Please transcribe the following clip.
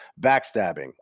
Backstabbing